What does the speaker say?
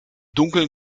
dunkeln